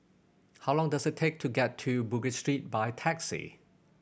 how long does it take to get to Bugis Street by taxi